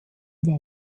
war